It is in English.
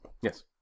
Yes